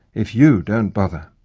if you don't bother!